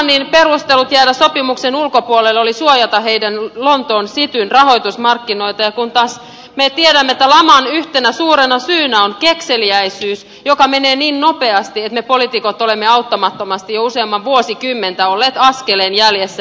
englannin perustelut jäädä sopimuksen ulkopuolelle olivat suojata heidän lontoon cityn rahoitusmarkkinoitaan kun taas me tiedämme että laman yhtenä suurena syynä on kekseliäisyys joka menee niin nopeasti että me poliitikot olemme auttamattomasti jo useamman vuosikymmentä olleet askeleen jäljessä